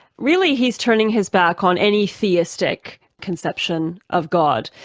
really he's turning his back on any theistic conception of god.